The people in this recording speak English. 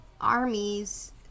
Armies